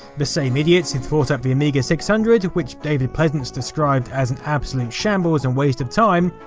the same idiots who thought up the amiga six hundred, which david pleasance described as an absolute shambles and waste of time,